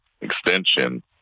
extension